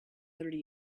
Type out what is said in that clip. thirty